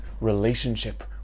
relationship